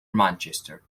manchester